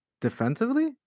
defensively